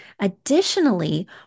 Additionally